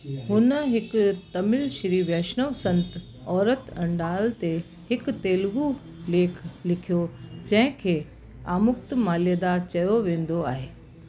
हुन हिक तमिल श्री वैष्णव संत औरत अण्डाल ते हिकु तेलुगु लेख लिखियो जंहिंखे अमुक्त मालेदार चयो वेंदो आहे